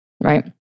right